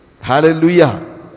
Hallelujah